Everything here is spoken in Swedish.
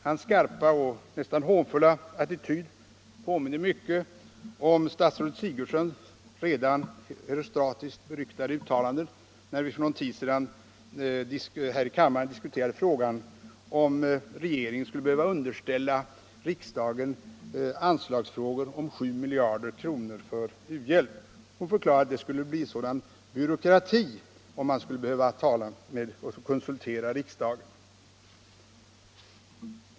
Hans skarpa och nästan hånfulla attityd påminner mycket om statsrådet Sigurdsens redan herostratiskt ryktbara uttalande, när vi för någon tid sedan här i kammaren diskuterade frågan om regeringen skulle behöva underställa riksdagen anslagsfrågor som gällde 7 miljarder till u-hjälp. Statsrådet Sigurdsen förklarade ju att det skulle bli sådan byråkrati om man skulle behöva konsultera riksdagen.